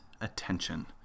attention